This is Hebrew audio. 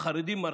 "החרדים מרחיקים"